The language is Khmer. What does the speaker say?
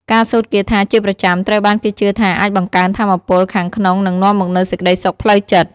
ការសូត្រគាថាជាប្រចាំត្រូវបានគេជឿថាអាចបង្កើនថាមពលខាងក្នុងនិងនាំមកនូវសេចក្តីសុខផ្លូវចិត្ត។